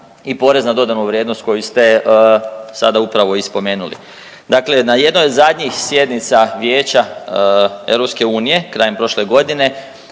i porez na dodanu vrijednost koji ste sada upravo i spomenuli. Dakle, na jednoj od zadnjih sjednica Vijeća EU krajem prošle godine